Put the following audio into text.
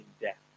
death